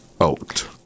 out